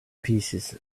pieces